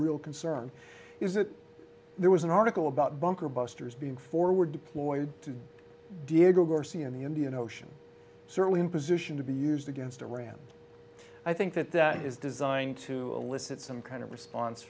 real concern is that there was an article about bunker busters being forward deployed to diego garcia in the indian ocean certainly in position to be used against iran i think that that is designed to elicit some kind of response